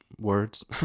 words